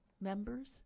members